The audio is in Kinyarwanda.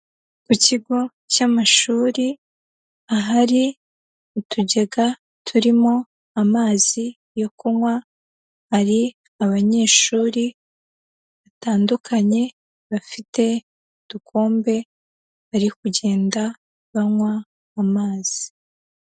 Ku kigo cy'amashuri, ahari utugega turimo amazi yo kunywa, hari abanyeshuri batandukanye, bafite udukombe bari kugenda banywa amazi